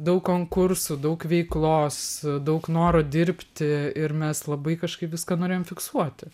daug konkursų daug veiklos daug noro dirbti ir mes labai kažkaip viską norėjome fiksuoti